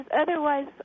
otherwise